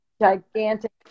gigantic